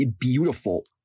beautiful